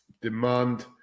demand